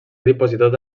dipositat